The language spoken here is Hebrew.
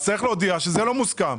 אז צריך להודיע שזה לא מוסכם.